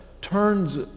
turns